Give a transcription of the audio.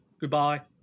Goodbye